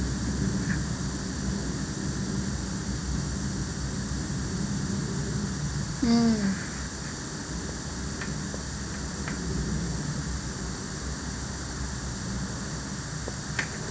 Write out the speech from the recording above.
mm